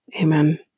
Amen